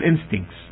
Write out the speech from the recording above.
instincts